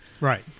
Right